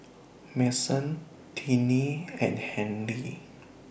Mason Tinie and Henri